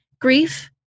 grief